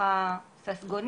ערכים טהורים,